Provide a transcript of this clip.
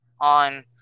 on